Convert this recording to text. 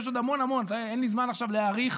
ויש עוד המון המון, אין לי זמן עכשיו להאריך.